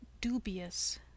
dubious